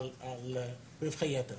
רווחי היתר.